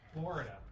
Florida